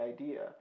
idea